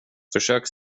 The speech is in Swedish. försök